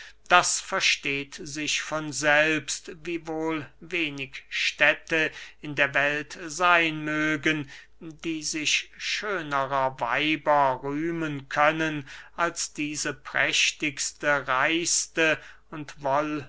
das versteht sich von selbst wiewohl wenig städte in der welt seyn mögen die sich schönerer weiber rühmen können als diese prächtigste reichste und